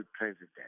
president